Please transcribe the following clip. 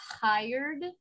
hired